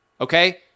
okay